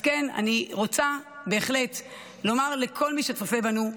אז כן, אני רוצה בהחלט לומר לכל מי שצופה בנו: